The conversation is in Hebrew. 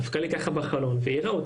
דפקה לי בחלון ושאלה,